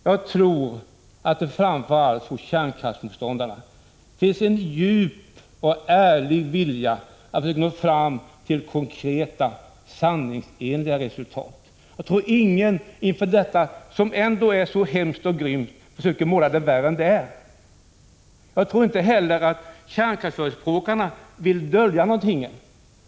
Jag tror att det hos kärnkraftsmotståndarna finns en djup och ärlig vilja att söka nå fram till konkreta, sanningsenliga resultat. Jag tror inte att någon som har ställts inför detta, som är tillräckligt hemskt och grymt, försöker utmåla det värre än det är. Jag tror inte heller att kärnkraftsförespråkarna vill dölja någonting.